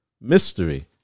Mystery